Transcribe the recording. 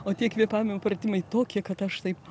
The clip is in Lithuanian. o tie kvėpavimo pratimai tokie kad aš taip